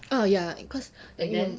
err ya cause um